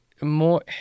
more